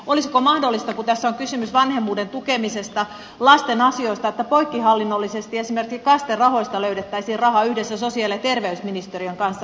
olisiko mahdollista kun tässä on kysymys vanhemmuuden tukemisesta lasten asioista että poikkihallinnollisesti esimerkiksi kaste rahoista löydettäisiin rahaa yhdessä sosiaali ja terveysministeriön kanssa